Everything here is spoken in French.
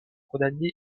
condamnés